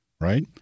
right